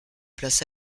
place